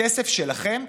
הכסף שלכם,